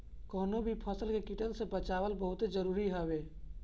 कवनो भी फसल के कीड़न से बचावल बहुते जरुरी हवे